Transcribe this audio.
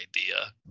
idea